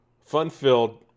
Fun-filled